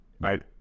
Right